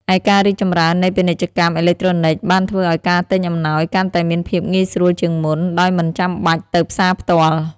ឯការរីកចម្រើននៃពាណិជ្ជកម្មអេឡិចត្រូនិច បានធ្វើឱ្យការទិញអំណោយកាន់តែមានភាពងាយស្រួលជាងមុន ដោយមិនចាំបាច់ទៅផ្សារផ្ទាល់។